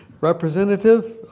representative